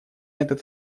этот